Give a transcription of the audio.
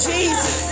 Jesus